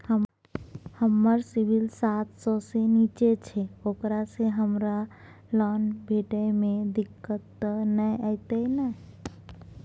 हमर सिबिल सात सौ से निचा छै ओकरा से हमरा लोन भेटय में दिक्कत त नय अयतै ने?